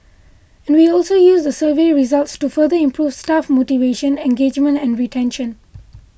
and we also use the survey results to further improve staff motivation engagement and retention